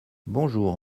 bonjour